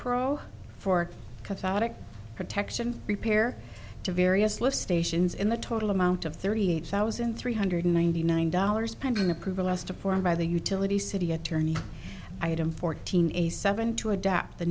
l for cathartic protection repair to various live stations in the total amount of thirty eight thousand three hundred ninety nine dollars pending approval as to form by the utilities city attorney item fourteen a seven to adapt the